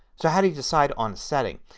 so how do you decide on setting.